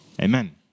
Amen